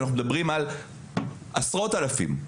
כשאנחנו מדברים על עשרות אלפים.